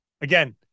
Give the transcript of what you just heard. Again